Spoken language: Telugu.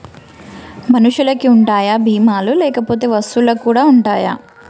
మనుషులకి ఉంటాయా బీమా లు లేకపోతే వస్తువులకు కూడా ఉంటయా?